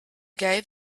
gave